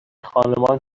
خانمان